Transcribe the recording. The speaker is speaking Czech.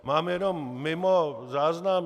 Mám jenom mimo záznam.